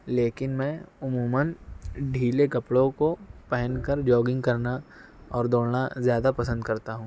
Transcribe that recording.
لیکن میں عموماً ڈھیلے کپڑوں کو پہن کر جوگنگ کرنا اور دوڑنا زیادہ پسند کرتا ہوں